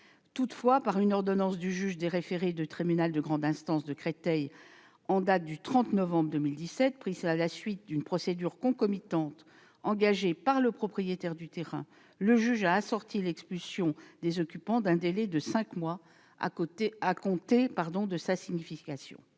Toutefois, par une ordonnance du juge des référés du tribunal de grande instance de Créteil en date du 30 novembre 2017, prise à la suite d'une procédure concomitante engagée par le propriétaire du terrain, le juge a assorti l'expulsion des occupants d'un délai de cinq mois à compter de sa signification.